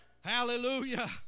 Hallelujah